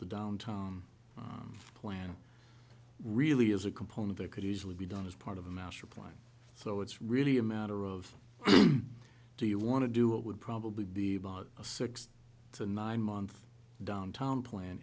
the down time plan really is a component that could easily be done as part of a master plan so it's really a matter of do you want to do it would probably be about a six to nine month downtown plan